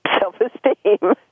self-esteem